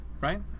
right